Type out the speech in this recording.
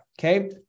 Okay